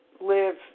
live